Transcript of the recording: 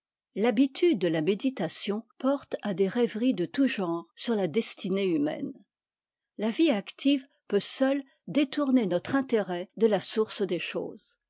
l'habitude de la méditation porte à des rêveries de tout genre sur la destinée humaine la vie active peut seule détourner notre intérêt de la source des choses